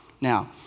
Now